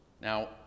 Now